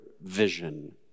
vision